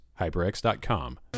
HyperX.com